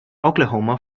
oklahoma